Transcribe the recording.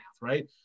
right